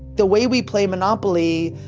the way we play monopoly,